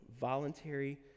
voluntary